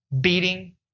Beating